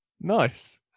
Nice